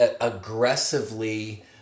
aggressively